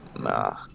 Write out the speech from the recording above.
nah